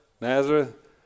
Nazareth